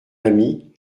ami